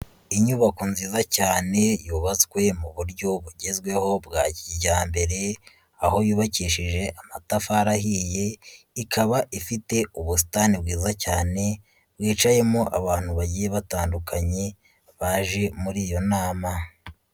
Inyubako nziza cyane yubatswe mu buryo bugezweho bwa kijyambere, aho yubakishije amatafari ahiye, ikaba ifite ubusitani bwiza cyane bwicayemo abantu bagiye batandukanye baje muri iyo nama.